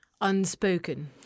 unspoken